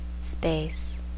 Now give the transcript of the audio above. SPACE